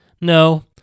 No